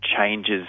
changes